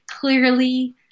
clearly